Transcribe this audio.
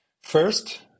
first